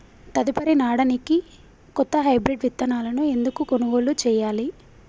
తదుపరి నాడనికి కొత్త హైబ్రిడ్ విత్తనాలను ఎందుకు కొనుగోలు చెయ్యాలి?